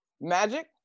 Magic